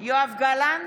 בהצבעה יואב גלנט,